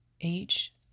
age